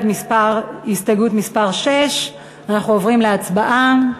מס' 6. אנחנו עוברים להצבעה.